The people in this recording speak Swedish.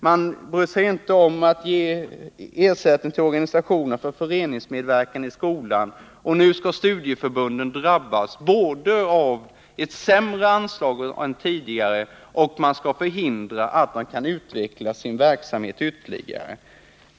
Man bryr sig inte om att ge ersättning till organisationer för föreningsmedverkan i skolan, och nu skall studieförbunden både drabbas av ett sämre anslag än tidigare och förhindras att utveckla sin verksamhet ytterligare.